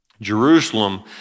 Jerusalem